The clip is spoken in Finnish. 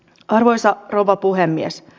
arvoisa rouva puhemies